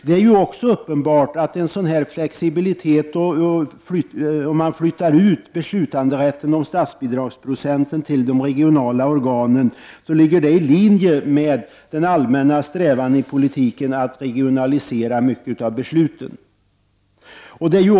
Det är också uppenbart att om man flyttar ut beslutanderätten om statsbidragsprocenten till de regionala organen, ligger detta i linje med den allmänna strävan i politiken att regionalisera mycket av besluten.